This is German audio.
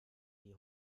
die